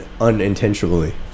unintentionally